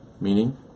meaning